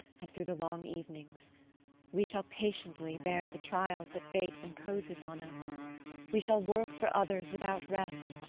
and through the long evenings we shall patiently bear the trials that fate imposes on us we shall work for others without rest,